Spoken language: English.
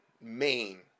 main